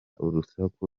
urusaku